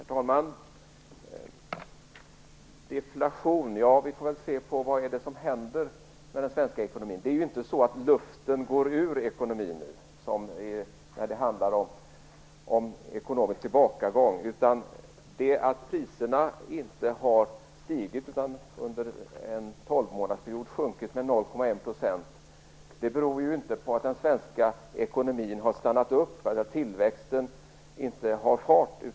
Herr talman! Deflation, talas det om. Ja, vi får väl se vad som händer med den svenska ekonomin. Luften går ju inte ur ekonomin när det handlar om ekonomisk tillbakagång. Att priserna inte har stigit, utan i stället sjunkit med 0,1 procentenheter under en tolvmånadersperiod, beror inte på att den svenska ekonomin har stannat upp eller på att tillväxten inte har fart.